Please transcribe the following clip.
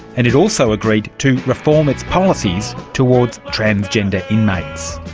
and it also agreed to reform its policies towards transgender inmates.